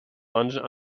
london